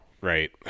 Right